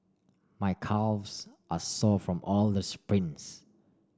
my calves are sore from all the sprints